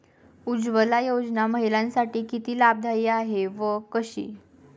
उज्ज्वला योजना महिलांसाठी किती लाभदायी आहे व कशी?